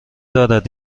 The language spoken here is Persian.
دارد